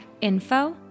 info